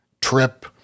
trip